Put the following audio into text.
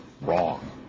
wrong